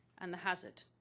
and the hazard.